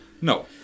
No